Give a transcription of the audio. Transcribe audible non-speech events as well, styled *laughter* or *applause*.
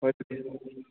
ꯍꯣꯏ *unintelligible*